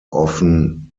often